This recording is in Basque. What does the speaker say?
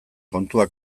kontua